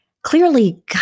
Clearly